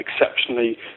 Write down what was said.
exceptionally